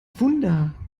wunder